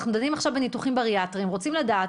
אנחנו דנים עכשיו בניתוחים בריאטריים ורוצים לדעת